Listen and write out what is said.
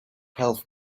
health